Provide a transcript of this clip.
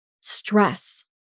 stress